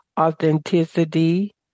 authenticity